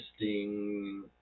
interesting